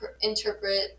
interpret